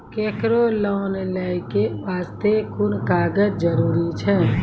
केकरो लोन लै के बास्ते कुन कागज जरूरी छै?